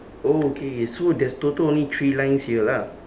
oh okay so there's total only three lines here lah